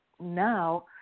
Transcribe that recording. now